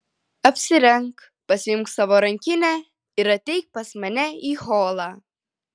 apsirenk pasiimk savo rankinę ir ateik pas mane į holą